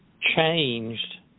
changed